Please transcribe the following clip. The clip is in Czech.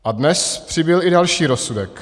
A dnes přibyl i další rozsudek.